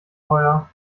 teuer